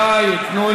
תודה.